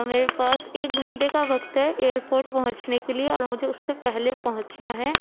میرے پاس ایک گھنٹے کا وقت ہے ایئر پورٹ پہنچنے کے لیے اور مجھے اُس سے پہلے پہنچنا ہے